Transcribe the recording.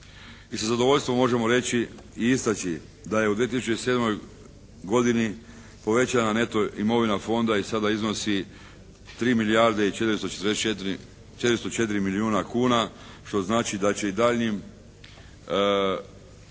Mi sa zadovoljstvom možemo reći i istaći da je u 2007. godini povećana neto imovina Fonda i sada iznosi 3 milijarde i 444, 404 milijuna kuna što znači da će i daljnjim